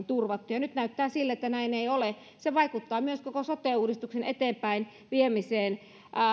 turvattu ja nyt näyttää sille että näin ei ole se vaikuttaa myös koko sote uudistuksen eteenpäinviemiseen